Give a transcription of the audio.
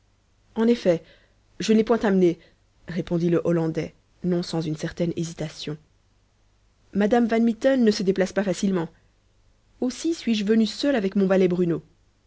en effet je ne l'ai point amenée répondit le hollandais non sans une certaine hésitation madame van mitten ne se déplace pas facilement aussi suis-je venu seul avec mon valet bruno